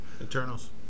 Eternals